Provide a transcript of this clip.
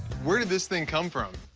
where did this thing come from?